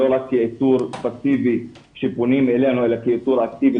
לא רק כאיתור פסיבי שפונים אלינו אלא כאיתור אקטיבי,